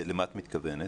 למה את מתכוונת?